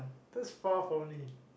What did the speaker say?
this far only